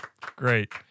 great